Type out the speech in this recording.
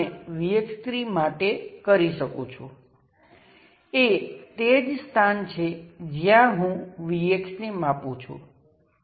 એ જ રીતે પોર્ટ 2 માટે હું V2 અને I2 ને આ રીતે ડિફાઇન કરીશ અને આ ટર્મિનલ 2 છે આ 2 પ્રાઇમ છે મને ફક્ત સુવિધા માટે આ વસ્તુઓ બોક્સની અંદર લખવા દો આ 1 1 પ્રાઇમ 2 2 પ્રાઇમ છે